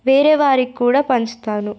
వేరే వారికి కూడా పంచుతాను